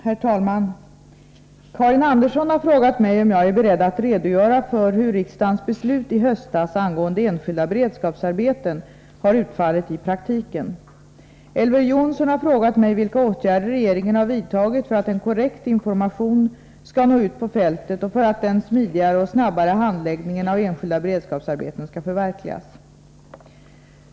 Herr talman! Karin Andersson har frågat mig om jag är beredd att redogöra för hur riksdagens beslut i höstas angående enskilda beredskapsarbeten har utfallit i praktiken. Elver Jonsson har frågat mig vilka åtgärder regeringen har vidtagit för att en korrekt information skall nå ut på fältet och för att den smidigare och snabbare handläggningen av enskilda beredskapsarbeten skall förverkligas.